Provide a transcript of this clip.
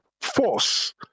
force